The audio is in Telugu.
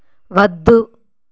వద్దు